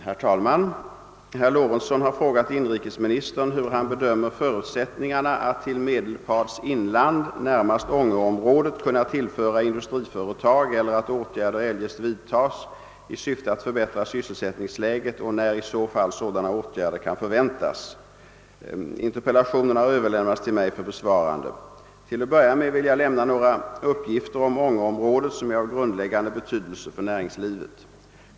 Herr talman! Herr Lorentzon har frå gat inrikesministern hur han bedömer förutsättningarna att till Medelpads inland, närmast Ånge-området, kunna tillföra industriföretag eller att åtgärder eljest vidtas i syfte att förbättra sysselsättningsläget och när i så fall sådana åtgärder kan förväntas. Frågan har överlämnats till mig för besvarande. Till att börja med vill jag lämna några uppgifter om Ånge-området som är av grundläggande betydelse för näringslivet.